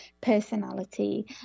personality